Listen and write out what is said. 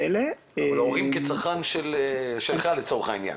הצרכנות --- ההורים כצרכן שלך, לצורך העניין.